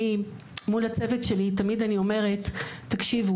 אני מול הצוות שלי תמיד אני אומרת תקשיבו,